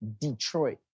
Detroit